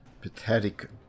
pathetic